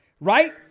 right